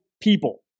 people